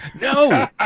No